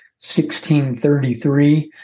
1633